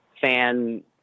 fan